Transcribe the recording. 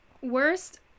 Worst